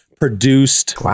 Produced